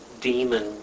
demon